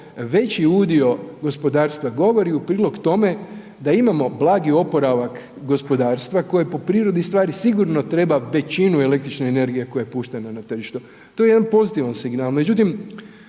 veći udio gospodarstva govori u prilog tome da imamo blagi oporavak gospodarstva koji po prirodi stvari sigurno treba većinu električne energije koja je puštena na tržištu, to je jedan pozitivan signal.